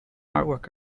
artwork